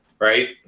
Right